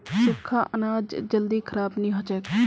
सुख्खा अनाज जल्दी खराब नी हछेक